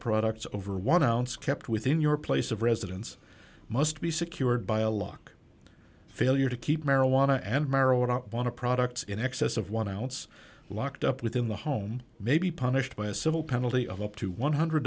products over one ounce kept within your place of residence must be secured by a lock failure to keep marijuana and maro it up on a products in excess of one ounce locked up within the home may be punished by a civil penalty of up to one hundred